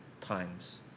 times